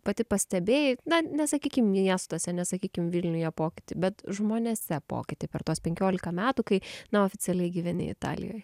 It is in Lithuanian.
pati pastebėjai na nesakykim miestuose nesakykim vilniuje pokytį bet žmonėse pokytį per tuos penkiolika metų kai na oficialiai gyveni italijoj